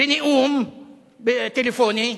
בנאום טלפוני,